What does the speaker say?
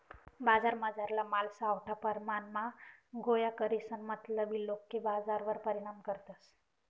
बजारमझारला माल सावठा परमाणमा गोया करीसन मतलबी लोके बजारवर परिणाम करतस